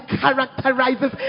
characterizes